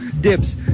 Dips